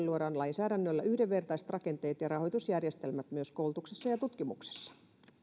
luodaan lainsäädännöllä yhdenvertaiset rakenteet ja rahoitusjärjestelmät myös koulutuksessa ja tutkimuksessa